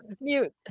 Mute